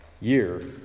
year